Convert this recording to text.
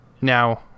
Now